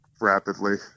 rapidly